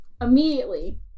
Immediately